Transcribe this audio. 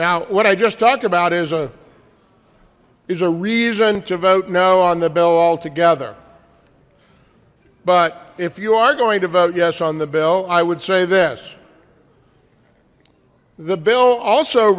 now what i just talked about is a is a reason to vote no on the bill altogether but if you are going to vote yes on the bill i would say this the bill also